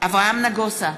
אברהם נגוסה,